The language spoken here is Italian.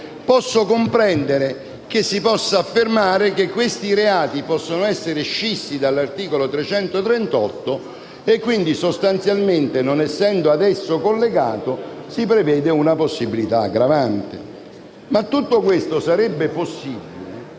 posso comprendere che si possa affermare che questi reati possano essere scissi dall'articolo 338 e quindi sostanzialmente, non essendo ad esso collegati, si prevede una possibilità aggravante. Tutto questo sarebbe possibile